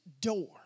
door